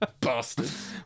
Bastards